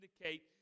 indicate